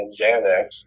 Xanax